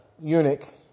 eunuch